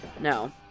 No